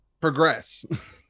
progress